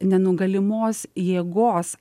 nenugalimos jėgos